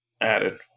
added